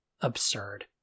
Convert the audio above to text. absurd